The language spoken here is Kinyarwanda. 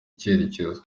icyerekezo